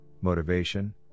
motivation